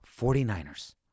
49ers